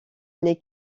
les